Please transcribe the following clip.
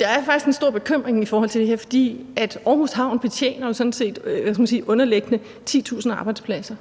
Der er faktisk en stor bekymring i forhold til det her, for Aarhus Havn betjener sådan set direkte og indirekte 10.000 arbejdspladser,